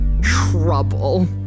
trouble